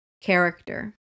character